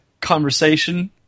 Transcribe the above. conversation